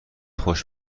خوش